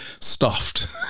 stuffed